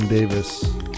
Davis